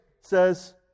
says